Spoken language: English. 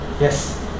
Yes